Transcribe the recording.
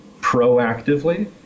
proactively